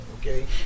Okay